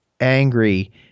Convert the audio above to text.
angry